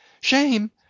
Shame